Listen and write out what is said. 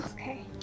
Okay